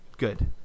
Good